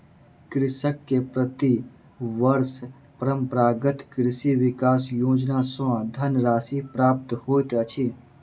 कृषक के प्रति वर्ष परंपरागत कृषि विकास योजना सॅ धनराशि प्राप्त होइत अछि